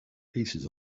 pieces